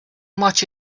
much